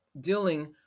dealing